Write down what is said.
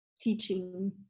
teaching